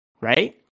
right